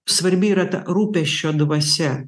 svarbi yra ta rūpesčio dvasia